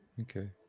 Okay